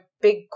big